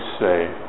say